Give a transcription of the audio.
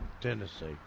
Tennessee